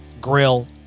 grill